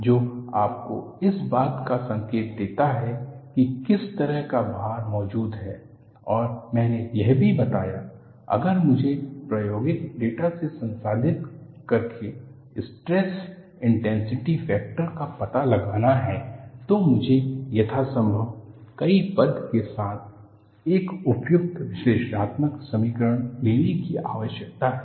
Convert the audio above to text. जो आपको इस बात का संकेत देता है कि किस तरह का भार मौजूद है और मैंने यह भी बताया अगर मुझे प्रायोगिक डेटा को संसाधित करके स्ट्रेस इंटैन्सिटी फैक्टर का पता लगाना है तो मुझे यथासंभव कई पद के साथ एक उपयुक्त विश्लेषणात्मक समीकरण लेने की आवश्यकता है